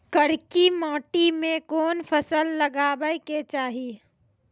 करकी माटी मे कोन फ़सल लगाबै के चाही?